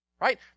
right